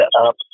up